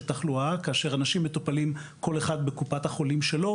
תחלואה כאשר אנשים מטופלים בקופות חולים שונות,